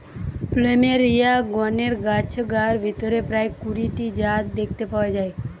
plumeria গণের গাছগার ভিতরে প্রায় কুড়ি টি জাত দেখতে পাওয়া যায়